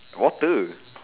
water